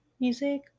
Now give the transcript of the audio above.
music